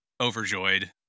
overjoyed